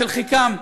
שחלקם,